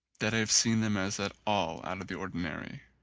that i have seen them as at all out of the ordinary.